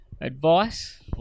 advice